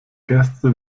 gäste